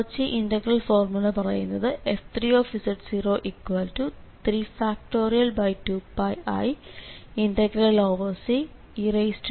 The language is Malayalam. കോച്ചി ഇന്റാ ഗ്രൽ ഫോർമുല പറയുന്നത് f3z03